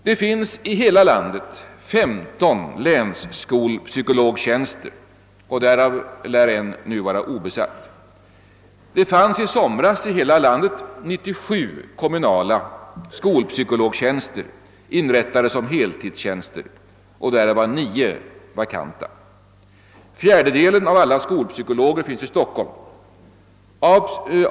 Det finns i hela landet 15 länsskolpsykologtjänster och därav lär en nu vara obesatt. Det fanns i somras i hela landet 97 kommunala skolpsykologtjänster inrättade som heltidstjänster. Därav var nio vakanta. Fjärdedelen av alla skolpsykologer finns i Stockholm.